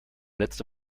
letzte